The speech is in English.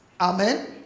Amen